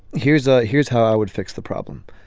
here's a here's how i would fix the problem.